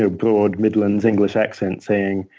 ah broad midlands english accent saying,